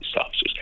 officers